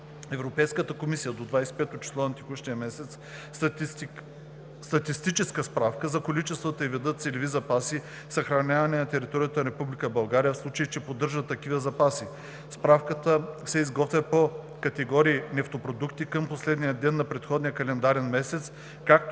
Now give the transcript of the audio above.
Европейската комисия до 25-о число на текущия месец статистическа справка за количествата и вида целеви запаси, съхранявани на територията на Република България, в случай че поддържа такива запаси; справката се изготвя по категории нефтопродукти към последния ден на предходния календарен месец, като